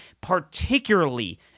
particularly